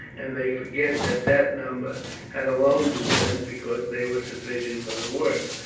and they forget that that number have alone been sent because they were sufficient for the work,